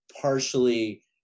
Partially